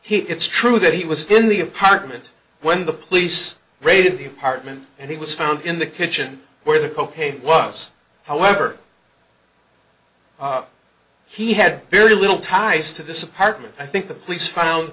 he it's true that he was in the apartment when the police raided the apartment and he was found in the kitchen where the cocaine was however he had very little ties to this apartment i think the police found